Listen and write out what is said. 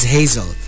Hazel